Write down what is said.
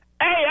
Hey